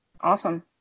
Awesome